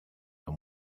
and